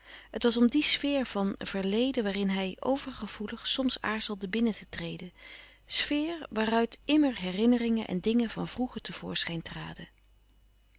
het was om die sfeer van verleden waarin hij overgevoelig soms aarzelde binnen te treden sfeer waaruit immer herinneringen en dingen van vroeger te voorschijn traden